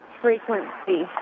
frequency